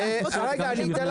רגע, כבוד היושב-ראש.